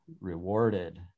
rewarded